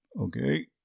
Okay